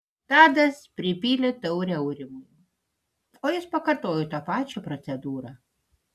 tadas pripylė taurę aurimui o jis pakartojo tą pačią procedūrą